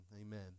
amen